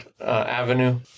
Avenue